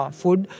food